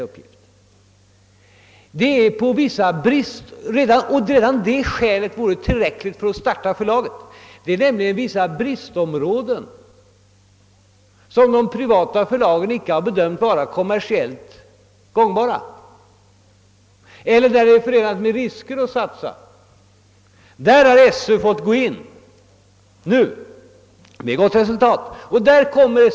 Vi har nämligen vissa bristområden — och bara detta är tillräckligt för att starta förlaget — som de privata förlagen har bedömt vara ointressanta från kommersiell synpunkt eller rättare sagt alltför riskabla för en satsning. Här har Sö förlaget fått träda till och detta med gott resultat.